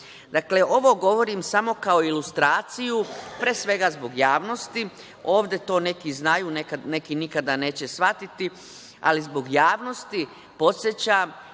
ovo govorim samo kao ilustraciju, pre svega zbog javnosti. Ovde to neki znaju, neki nikada neće shvatiti, ali zbog javnosti podsećam